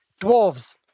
Dwarves